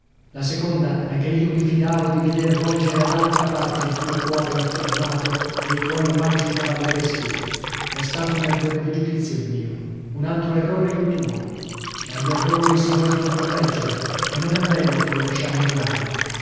la seconda è che io mi fidavo di veder volgere ad altra parte il tuo cuore infiammato e i tuoi omaggi cavallereschi è stato un errore di giudizio il mio un altro errore il tuo ma gli errori si voglion correggere e non è bello che li lasciamo durare